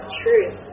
truth